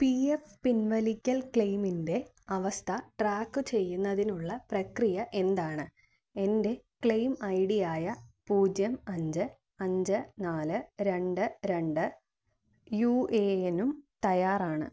P F പിൻവലിക്കൽ ക്ലെയിമിൻ്റെ അവസ്ഥ ട്രാക്ക് ചെയ്യുന്നതിനുള്ള പ്രക്രിയ എന്താണ് എൻ്റെ ക്ലെയിം ഐഡിയായ പൂജ്യം അഞ്ച് അഞ്ച് നാല് രണ്ട് രണ്ട് യു എ എനും തയ്യാറാണ്